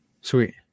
sweet